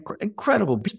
incredible